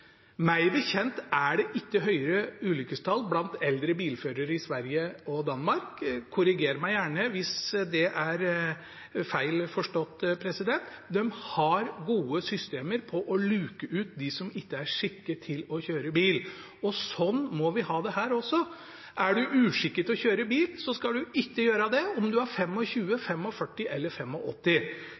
Meg bekjent er det ikke høyere ulykkestall blant eldre bilførere i Sverige og Danmark – korriger meg gjerne, hvis det er feil forstått. De har gode systemer for å luke ut dem som ikke er skikket til å kjøre bil, og sånn må vi også ha det her. Er en uskikket til å kjøre bil, så skal en ikke gjøre det, uansett om en er 25, 45 eller